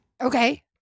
Okay